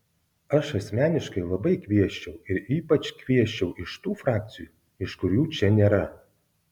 aš asmeniškai labai kviesčiau ir ypač kviesčiau iš tų frakcijų iš kurių čia nėra